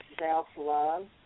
self-love